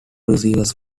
reviews